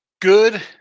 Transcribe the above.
Good